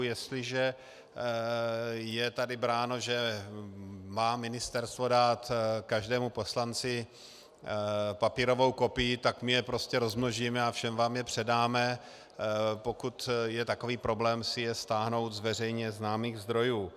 Jestliže je tady bráno, že má ministerstvo dát každému poslanci papírovou kopii, tak my je prostě rozmnožíme a všem vám je předáme, pokud je takový problém si je stáhnout z veřejně známých zdrojů.